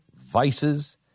vices